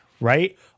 right